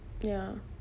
ya